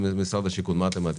משרד השיכון, מה אתם מעדיפים?